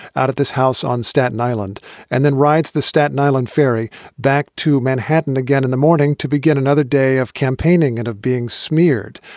out of this house on staten island and then rides the staten island ferry back to manhattan again in the morning to begin another day of campaigning and of being smeared.